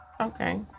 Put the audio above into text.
Okay